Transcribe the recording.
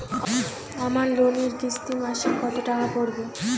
আমার লোনের কিস্তি মাসিক কত টাকা পড়বে?